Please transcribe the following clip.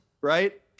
right